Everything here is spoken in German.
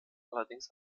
allerdings